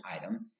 item